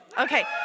Okay